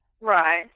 Right